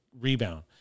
rebound